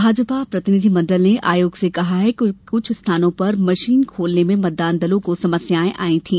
भाजपा प्रतिनिधि मंडल ने आयोग से कहा है कि कुछ स्थानों पर मशीन खोलने में मतदान दलों को समस्याए आई थी